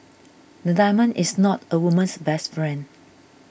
a diamond is not a woman's best friend